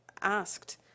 asked